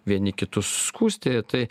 vieni kitus skųsti tai